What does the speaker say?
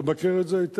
אתה מכיר את זה היטב,